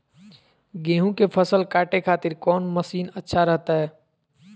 गेहूं के फसल काटे खातिर कौन मसीन अच्छा रहतय?